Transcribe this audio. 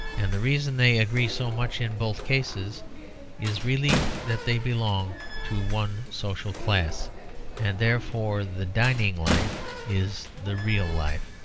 and the reason they agree so much in both cases is really that they belong to one social class and therefore the dining life is the real life.